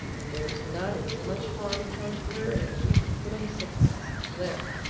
and there's not as much harm come to her as you could put on a sixpence so there!